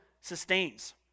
sustains